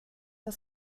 das